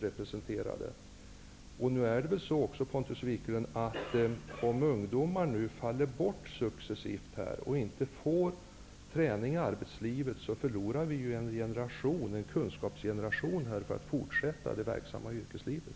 Det är väl också så, Pontus Wiklund, att om ungdomar nu successivt faller bort och inte får träning i arbetslivet, så förlorar vi en kunskapsgeneration för att fortsatta det yrkesverksamma livet.